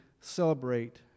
celebrate